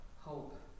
hope